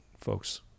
folks